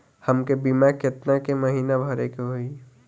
हमके बीमा केतना के महीना भरे के होई?